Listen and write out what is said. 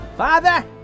Father